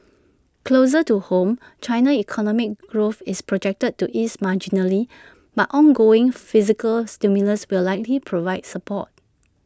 closer to home China's economic growth is projected to ease marginally but ongoing fiscal stimulus will likely provide support